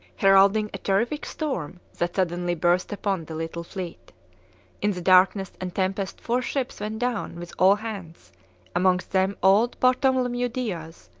heralding a terrific storm that suddenly burst upon the little fleet in the darkness and tempest four ships went down with all hands amongst them old bartholomew diaz,